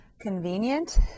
convenient